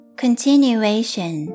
continuation